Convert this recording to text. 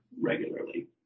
regularly